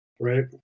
right